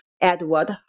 Edward